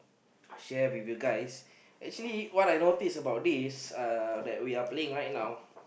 share with you guys actually what I noticed about this that we are playing right now